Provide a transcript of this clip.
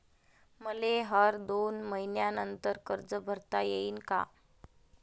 मले हर दोन मयीन्यानंतर कर्ज भरता येईन का?